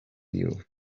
you